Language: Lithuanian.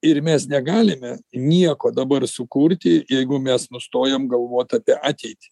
ir mes negalime nieko dabar sukurti jeigu mes nustojam galvot apie ateitį